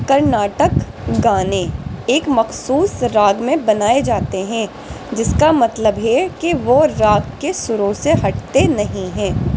کرناٹکا گانے ایک مخصوص راگ میں بنائے جاتے ہیں جس کا مطلب ہے کہ وہ راگ کے سروں سے ہٹتے نہیں ہیں